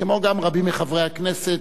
כמו גם רבים מחברי הכנסת,